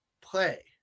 play